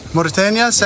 Mauritania